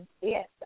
yes